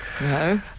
no